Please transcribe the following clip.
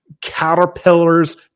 caterpillars